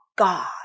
God